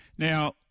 Now